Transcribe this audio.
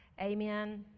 Amen